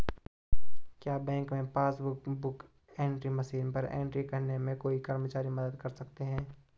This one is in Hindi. क्या बैंक में पासबुक बुक एंट्री मशीन पर एंट्री करने में कोई कर्मचारी मदद कर सकते हैं?